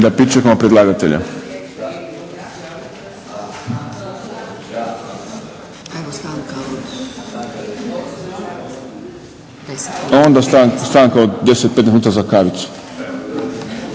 da pričekamo predlagatelja? Pa onda stanka od 10, 15 minuta za kavicu.